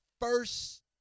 first –